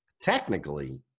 technically